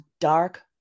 dark